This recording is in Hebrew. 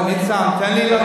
זה בדיוק,